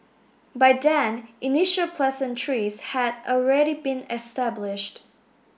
by then initial pleasantries had already been established